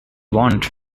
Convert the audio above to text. want